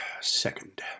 Second